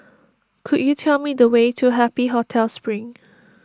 could you tell me the way to Happy Hotel Spring